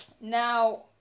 now